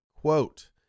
Quote